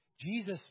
Jesus